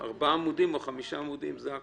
ארבעה עמודים או חמישה עמודים, זה הכול.